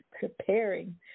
Preparing